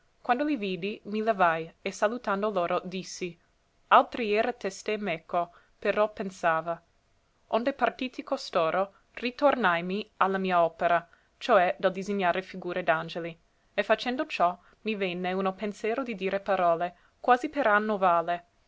quando mi vidi mi levai e salutando loro dissi altri era testé meco però pensava onde partiti costoro ritornàimi a la mia opera cioè del disegnare figure d'angeli e facendo ciò mi venne uno pensero di dire parole quasi per annovale e